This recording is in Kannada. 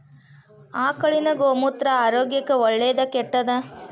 ಆಕಳಿನ ಗೋಮೂತ್ರ ಆರೋಗ್ಯಕ್ಕ ಒಳ್ಳೆದಾ ಕೆಟ್ಟದಾ?